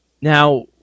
Now